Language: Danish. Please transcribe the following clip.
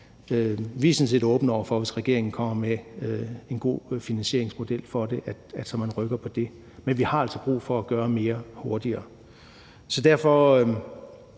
åbne over for, at hvis regeringen kommer med en god finansieringsmodel for det, rykker man på det. Men vi har altså brug for at gøre mere og hurtigere,